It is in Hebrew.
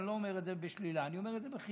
אני לא אומר את זה בשלילה, אני אומר את זה בחיוב.